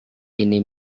ini